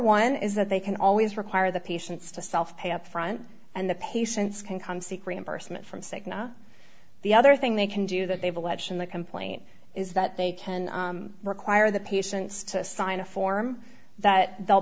one is that they can always require the patients to self pay up front and the patients can come seek reimbursement from cigna the other thing they can do that they've alleged in the complaint is that they can require the patients to sign a form that they'll